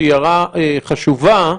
שהיא חשובה,